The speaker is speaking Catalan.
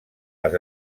les